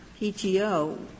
PTO